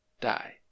Die